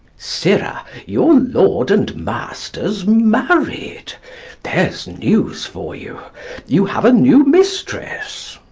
sirrah, your lord and master's married there's news for you you have a new mistress.